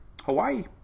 Hawaii